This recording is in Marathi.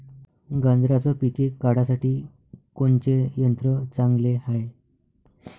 गांजराचं पिके काढासाठी कोनचे यंत्र चांगले हाय?